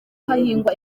hahingwa